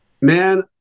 Man